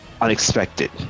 unexpected